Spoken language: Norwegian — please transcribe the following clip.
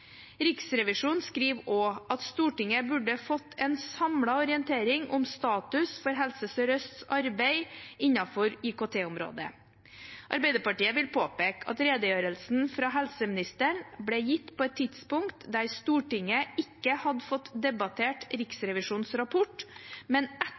Riksrevisjonen skriver også at Stortinget burde fått en samlet orientering om status for Helse Sør-Østs arbeid innenfor IKT-området. Arbeiderpartiet vil påpeke at redegjørelsen fra helseministeren ble gitt på et tidspunkt da Stortinget ikke hadde fått debattert Riksrevisjonens rapport, men